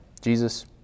Jesus